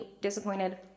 disappointed